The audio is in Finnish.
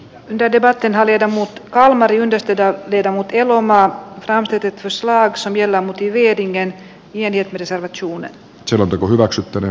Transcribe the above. tytöt eivät enää vedä muu kalmari yhdistetään viedä mut elomaa transitituslaaksontiellä vietiinkään pienet vilisevät perusteluja koskevan ehdotuksen